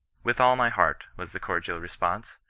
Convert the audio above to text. with all my heart, was the cor dial response.